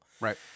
Right